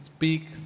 speak